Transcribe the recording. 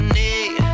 need